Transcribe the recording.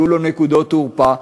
היו לו נקודות תורפה,